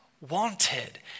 wanted